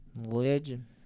Legend